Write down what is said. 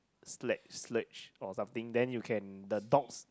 sledge sledge or something then you can the dogs